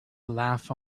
laugh